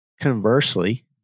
Conversely